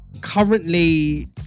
currently